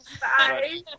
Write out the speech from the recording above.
bye